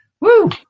woo